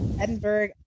Edinburgh